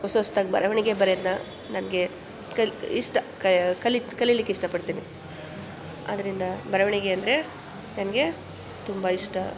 ಹೊಸ ಹೊಸ್ದಾಗಿ ಬರವಣಿಗೆ ಬರೆಯೋದನ್ನ ನನಗೆ ಕಲಿ ಇಷ್ಟ ಕಲಿಕೆ ಕಲಿಲಿಕ್ಕೆ ಇಷ್ಟಪಡ್ತಿನಿ ಆದ್ದರಿಂದ ಬರವಣಿಗೆ ಅಂದರೆ ನನಗೆ ತುಂಬ ಇಷ್ಟ